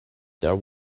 there